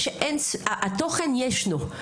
התוכן ישנו.